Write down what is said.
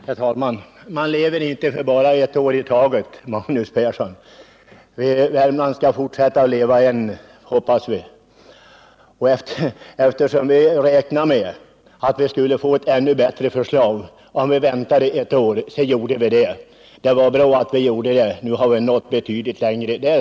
Herr talman! Man lever inte bara ett år, Magnus Persson. Värmland skall fortsätta att leva, får vi hoppas. Eftersom vi räknade med att få ett ännu bättre förslag, om vi väntade ett år, gjorde vi också detta. Det visade sig att det var rätt, ty nu har vi nått betydligt längre.